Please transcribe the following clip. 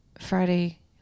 Friday